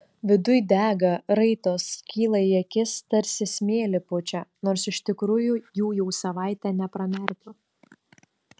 viduj dega raitos skyla į akis tarsi smėlį pučia nors iš tikrųjų jų jau savaitė nepramerkiu